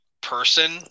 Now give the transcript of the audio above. person